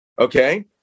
okay